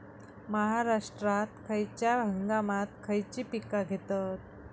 महाराष्ट्रात खयच्या हंगामांत खयची पीका घेतत?